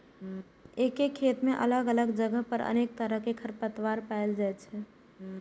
एके खेत मे अलग अलग जगह पर अनेक तरहक खरपतवार पाएल जाइ छै